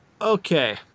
Okay